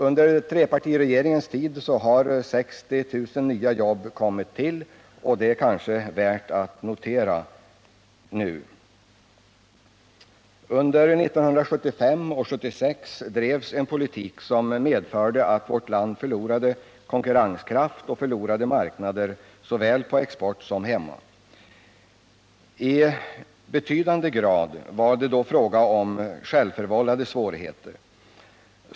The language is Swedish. Under trepartiregeringens tid har 60 000 nya jobb kommit till. Det är kanske värt att notera detta. Under 1975 och 1976 drevs en politik som medförde att vårt land förlorade konkurrenskraft och marknader såväl på export som hemma. I hög grad var det då fråga om självförvållade svårigheter.